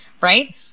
Right